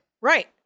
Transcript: right